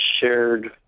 shared